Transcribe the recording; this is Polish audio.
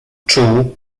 czuł